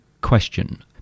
question